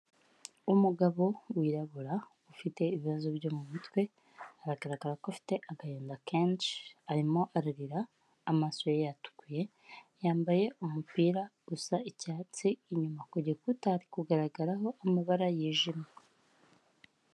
Umugabo wirabura ufite ibibazo byo mu mutwe aragaragara ko afite agahinda kenshi arimo aririra amaso ye yatukuye, yambaye umupira usa icyatsi, inyuma ku gikuta hari kugaragaraho amabara yijimye.